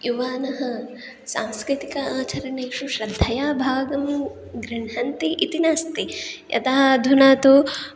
युवानः सांस्कृतिक आचरणेषु श्रद्धया भागं गृण्हन्ति इति नास्ति यतः अधुना तु